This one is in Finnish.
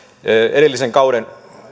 edellisen kauden